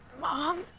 Mom